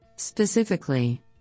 Specifically